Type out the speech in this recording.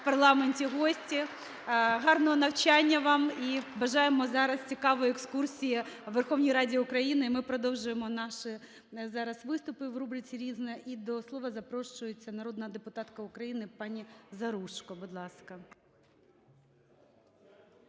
у парламенті гості. Гарного навчання вам і бажаємо зараз цікавої екскурсії у Верховній Раді України. Ми продовжуємо наші зараз виступи в рубриці "Різне". І до слова запрошується народна депутатка України пані Заружко. Будь ласка.